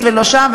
ולא שם,